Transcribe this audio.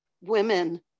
women